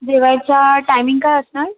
जेवायचा टायमिंग काय असणार